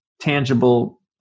tangible